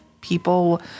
people